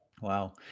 Wow